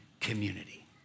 community